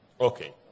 Okay